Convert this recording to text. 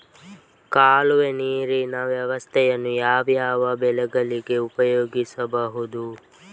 ಕಾಲುವೆ ನೀರಿನ ವ್ಯವಸ್ಥೆಯನ್ನು ಯಾವ್ಯಾವ ಬೆಳೆಗಳಿಗೆ ಉಪಯೋಗಿಸಬಹುದು?